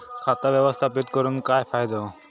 खाता व्यवस्थापित करून काय फायदो?